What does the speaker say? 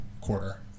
quarter